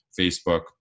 Facebook